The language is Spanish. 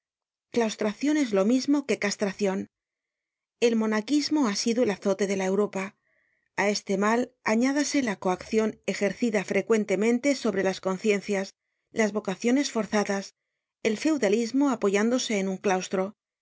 claustracion es lo mismo que castracion el monaquismo ha sido el azote de la europa a este mal añádase la coaccion ejercida frecuentemente sobre las conciencias las vocaciones forzadas el feudalismo apoyándose en un claustro